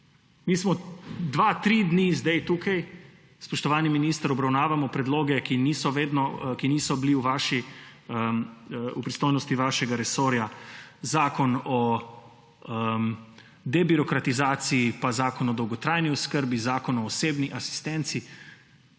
Mi smo dva, tri dni zdaj tukaj, spoštovani minister, obravnavamo predloge, ki niso bili v pristojnosti vašega resorja, zakon o debirokratizaciji pa zakon o dolgotrajni oskrbi, zakon o osebni asistenci